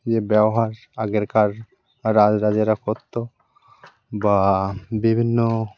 যে ব্যবহার আগেকার রাজরাজারা করত বা বিভিন্ন